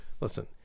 listen